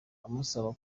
amusaba